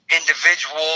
individual